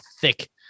thick